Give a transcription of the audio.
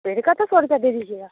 पेड़ का तो सौ रुपया दे दीजिएगा